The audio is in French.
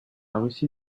russie